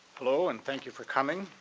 hello and thank you for coming.